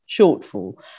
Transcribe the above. shortfall